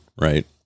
right